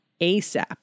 ASAP